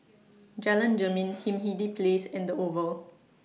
Jalan Jermin Hindhede Place and The Oval